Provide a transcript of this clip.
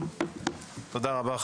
תודה רבה,